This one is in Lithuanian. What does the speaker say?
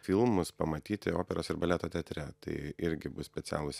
filmus pamatyti operos ir baleto teatre tai irgi bus specialūs